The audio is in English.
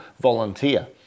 volunteer